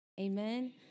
Amen